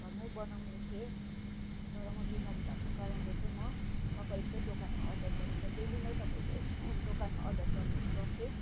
घरमै बनाउने थिएँ तर म बिमारी भएको कारणले चाहिँ म तपाईँको दोकानमा अर्डर गरेको डेली नै तपाईँकै दोकानमा अर्डर गर्ने गर्थेँ